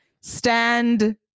stand